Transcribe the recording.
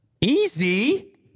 Easy